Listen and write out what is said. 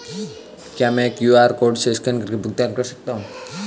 क्या मैं QR code को स्कैन करके भुगतान कर सकता हूं?